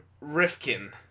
Rifkin